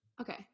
Okay